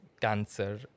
cancer